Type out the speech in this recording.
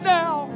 now